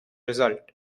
result